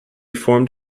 formed